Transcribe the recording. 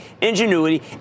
ingenuity